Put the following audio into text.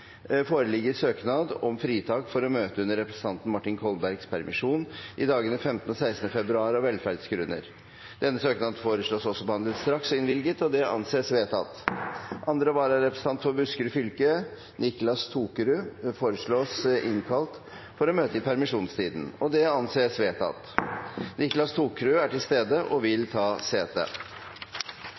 foreligger søknad om fritak for å møte under representanten Martin Kolbergs permisjon i dagene 15. og 16. februar, av velferdsgrunner. Denne søknaden foreslås også behandlet straks og innvilget. – Det anses vedtatt. Andre vararepresentant for Buskerud fylke, Niclas Tokerud , foreslås innkalt for å møte i permisjonstiden. – Det anses vedtatt. Niclas Tokerud er til stede og vil ta sete.